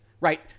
right